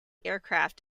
aircraft